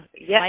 Yes